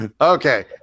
okay